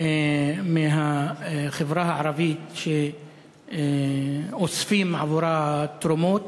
מהחברה הערבית שאוספים עבורה תרומות.